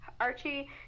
Archie